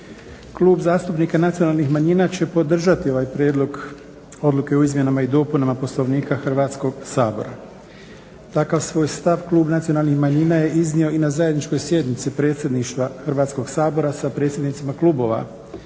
Klub zastupnika nacionalnih manjina će podržati ovaj Prijedlog odluke o izmjenama i dopunama Poslovnik Hrvatskog sabora. Takav svoj stav Klub nacionalnih manjina je iznio i na zajedničkoj sjednici predsjedništva Hrvatskog sabora sa predsjednicima klubova zastupnika